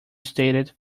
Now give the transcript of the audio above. stated